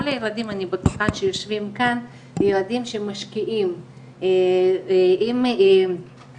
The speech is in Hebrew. כל הילדים פה במיוחד שיושבים כאן הם ילדים שמשקיעים אם אנחנו